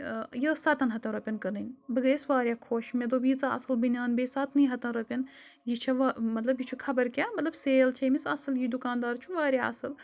یہِ ٲس سَتَن ہَتَن رۄپیَن کٕنٕنۍ بہٕ گٔیَس واریاہ خۄش مےٚ دوٚپ ییٖژاہ اَصٕل بٔنیٛان بیٚیہِ سَتنٕے ہَتَن رۄپیَن یہِ چھےٚ وا مطلب یہِ چھُ خبر کیٛاہ مطلب سیل چھےٚ أمِس اَصٕل یہِ دُکاندار چھُ واریاہ اَصٕل